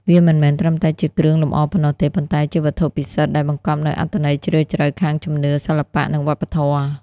វាមិនមែនត្រឹមតែជាគ្រឿងលម្អប៉ុណ្ណោះទេ ប៉ុន្តែជាវត្ថុពិសិដ្ឋដែលបង្កប់នូវអត្ថន័យជ្រាលជ្រៅខាងជំនឿ សិល្បៈ និងវប្បធម៌។